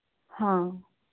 हाँ